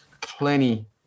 plenty